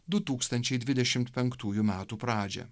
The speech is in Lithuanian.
du tūkstančiai dvidešimt penktųjų metų pradžią